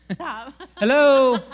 hello